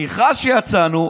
המכרז שהוצאנו,